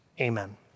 Amen